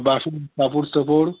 বাসন কাপড় চোপড়